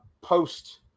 post